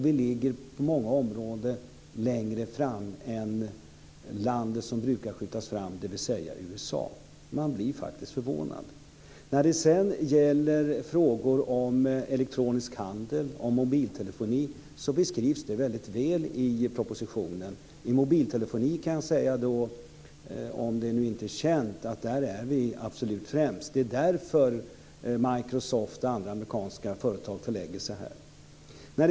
Vi ligger på många områden längre fram än det land som brukar skjutas fram, dvs. USA. Man blir faktiskt förvånad. När det sedan gäller frågor om elektronisk handel och mobiltelefoni beskrivs de väl i propositionen. I fråga om mobiltelefoni kan jag säga, om det inte är känt, att där är vi absolut främst. Det är därför Microsoft och andra amerikanska företag förlägger verksamhet här.